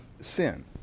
sin